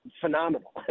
phenomenal